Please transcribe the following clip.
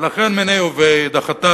ולכן, מיניה וביה, דחתה